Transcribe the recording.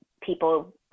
people